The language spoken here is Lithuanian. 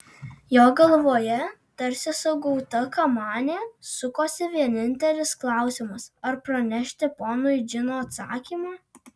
jo galvoje tarsi sugauta kamanė sukosi vienintelis klausimas ar pranešti ponui džino atsakymą